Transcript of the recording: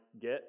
get